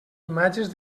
imatges